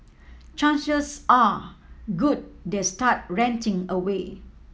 chances are good they start ranting away